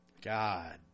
God